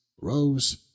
rose